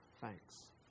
thanks